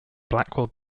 blackwell